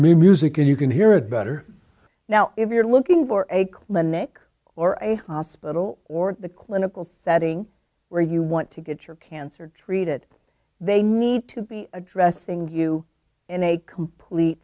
and you can hear it better now if you're looking for a clinic or a hospital or the clinical setting where you want to get your cancer treated they need to be addressing you in a complete